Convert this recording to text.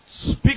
speak